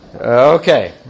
Okay